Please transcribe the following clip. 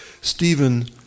Stephen